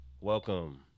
welcome